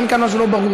אין כאן משהו לא ברור,